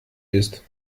ist